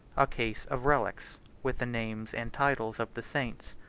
a case of relics, with the names and titles of the saints,